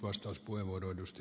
arvoisa puhemies